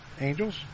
Angels